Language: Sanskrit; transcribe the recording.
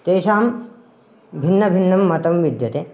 तेषां भिन्नभिन्नं मतं विद्यते